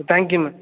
thank you ma'am